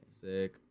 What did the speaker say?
Sick